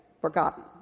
forgotten